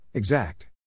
Exact